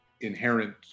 inherent